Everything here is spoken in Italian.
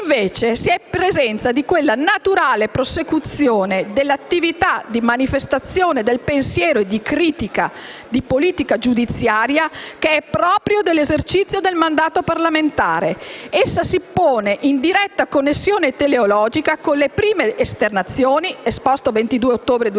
Invece, si è in presenza di quella naturale prosecuzione dell'attività di manifestazione del pensiero e di critica di politica giudiziaria che è propria dell'esercizio del mandato parlamentare; essa si pone in diretta connessione teleologica con le prime esternazioni (esposto del 22 ottobre 2012),